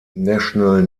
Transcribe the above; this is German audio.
national